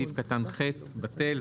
סעיף קטן (ח) בטל.